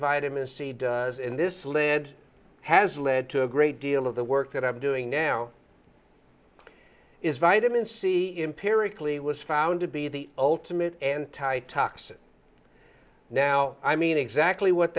vitamin c does in this lead has led to a great deal of the work that i'm doing now is vitamin c imperatively was found to be the ultimate anti toxin now i mean exactly what